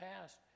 past